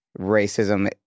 racism